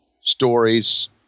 stories